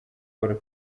paul